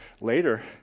later